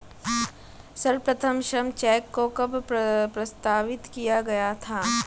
सर्वप्रथम श्रम चेक को कब प्रस्तावित किया गया था?